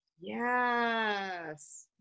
Yes